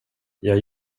jag